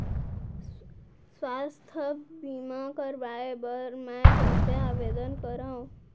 स्वास्थ्य बीमा करवाय बर मैं कइसे आवेदन करव?